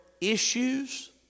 issues